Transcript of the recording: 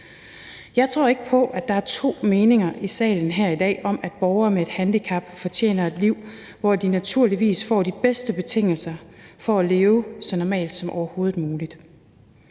Jeg tror ikke på, at der er to meninger i salen her i dag om, at borgere med et handicap fortjener et liv, hvor de naturligvis får de bedste betingelser for at leve så normalt som overhovedet muligt.